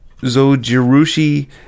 Zojirushi